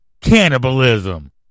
cannibalism